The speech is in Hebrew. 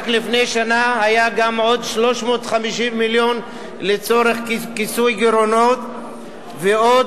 רק לפני שנה היו גם עוד 350 מיליון לצורך כיסוי גירעונות ועוד,